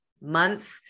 month